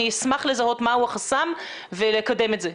אשמח לזהות מה הוא החסם ולקדם את זה.